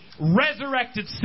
resurrected